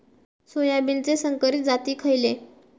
सोयाबीनचे संकरित जाती खयले?